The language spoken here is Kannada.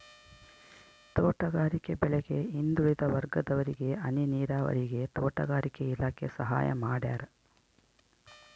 ತೋಟಗಾರಿಕೆ ಬೆಳೆಗೆ ಹಿಂದುಳಿದ ವರ್ಗದವರಿಗೆ ಹನಿ ನೀರಾವರಿಗೆ ತೋಟಗಾರಿಕೆ ಇಲಾಖೆ ಸಹಾಯ ಮಾಡ್ಯಾರ